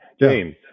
james